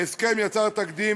ההסכם יצר תקדים,